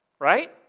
right